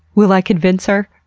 will i convince her?